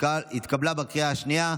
התקבלה בקריאה השנייה.